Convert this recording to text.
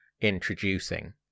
introducing